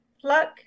pluck